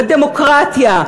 בדמוקרטיה,